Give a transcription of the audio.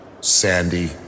sandy